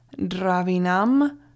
dravinam